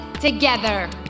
together